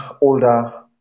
older